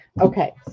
Okay